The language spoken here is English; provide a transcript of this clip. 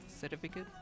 certificate